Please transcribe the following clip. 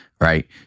right